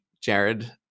Jared